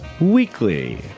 Weekly